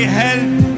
help